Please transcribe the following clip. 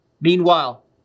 Meanwhile